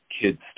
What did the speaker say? kids